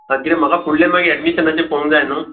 आं कित्याक म्हाका फुडलें मागीर एडमिशनाचें पळोवंक जाय न्हय